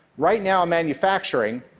right now, in manufacturing,